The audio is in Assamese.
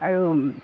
আৰু